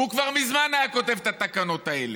הוא כבר מזמן היה כותב את התקנות האלה.